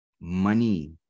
money